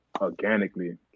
organically